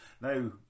Now